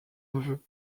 neveu